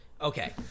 Okay